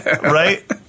Right